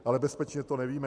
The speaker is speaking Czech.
Ale bezpečně to nevíme.